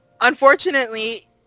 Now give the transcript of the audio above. Unfortunately